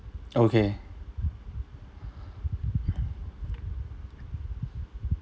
okay